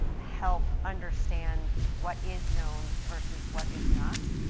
help understand what is known versus what is not